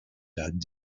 that